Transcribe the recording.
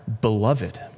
beloved